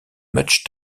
much